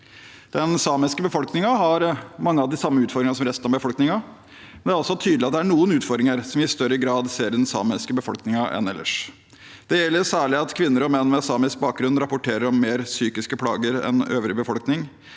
Den samiske befolkningen har mange av de samme utfordringene som resten av befolkningen, men det er også tydelig at det er noen utfordringer som vi i større grad ser i den samiske befolkningen enn ellers. Det gjelder særlig at kvinner og menn med samisk bakgrunn rapporterer om mer psykiske plager enn øvrig befolkning.